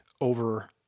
over